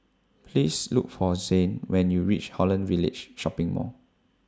Please Look For Zhane when YOU REACH Holland Village Shopping Mall